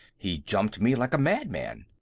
he jumped me like a madman.